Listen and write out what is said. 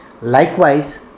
Likewise